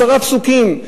עשרה פסוקים,